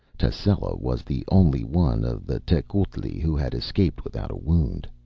tascela was the only one of the tecuhltli who had escaped without a wound.